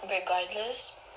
regardless